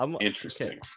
interesting